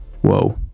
whoa